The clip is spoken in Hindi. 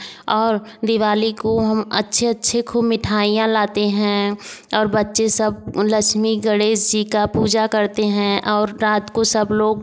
और दिवाली को हम अच्छे अच्छे खूब मिठाइयाँ लाते हैं और बच्चे सब लक्ष्मी गणेश जी का पूजा करते हैं और रात को सब लोग